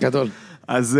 גדול. אז...